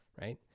right